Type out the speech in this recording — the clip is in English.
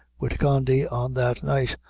wid condy on that night,